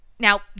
Now